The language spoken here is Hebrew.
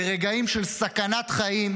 לרגעים של סכנת חיים,